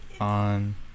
on